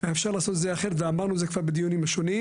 היה אפשר לעשות את זה אחרת ואמרנו את זה גם בדיונים הראשוניים.